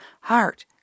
heart